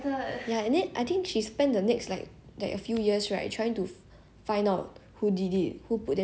find out who did it who put them through those kind of things it's quite sadistic but then inside !wah! damm chilling I love that movie eh